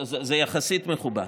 זה יחסית מכובד.